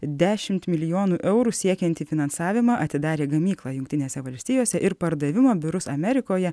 dešimt milijonų eurų siekiantį finansavimą atidarė gamyklą jungtinėse valstijose ir pardavimo biurus amerikoje